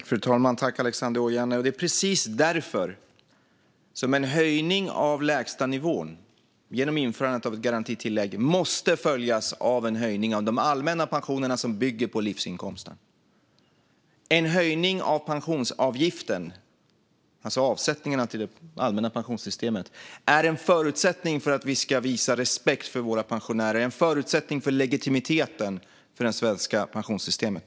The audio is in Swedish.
Fru talman! Det är precis därför som en höjning av lägstanivån genom införandet av ett garantitillägg måste följas av en höjning av de allmänna pensionerna, som bygger på livsinkomsten. En höjning av pensionsavgiften, alltså avsättningarna till det allmänna pensionssystemet, är en förutsättning för att vi ska kunna visa respekt för våra pensionärer och en förutsättning för legitimiteten för det svenska pensionssystemet.